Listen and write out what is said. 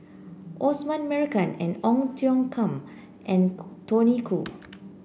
Osman Merican Ong Tiong Khiam and Khoo Tony Khoo